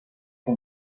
que